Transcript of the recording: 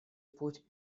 путь